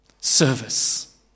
Service